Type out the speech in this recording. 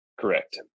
Correct